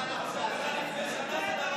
לא הייתה ממשלה הזויה כזאת.